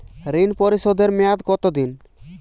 ঋণ পরিশোধের মেয়াদ কত দিন?